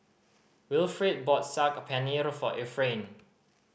Wilfrid bought Saag Paneer for Efrain